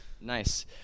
Nice